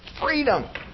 Freedom